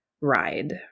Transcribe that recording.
ride